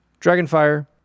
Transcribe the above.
Dragonfire